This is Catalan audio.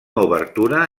obertura